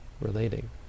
relating